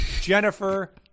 Jennifer